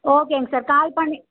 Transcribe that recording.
ஓகேங்க sir call பண்ணி